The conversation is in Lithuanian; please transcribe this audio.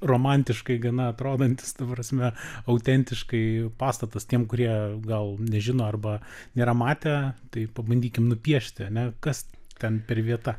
romantiškai gana atrodantis ta prasme autentiškai pastatas tiem kurie gal nežino arba nėra matę tai pabandykim nupiešti ane kas ten per vieta